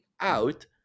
out